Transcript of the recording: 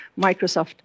Microsoft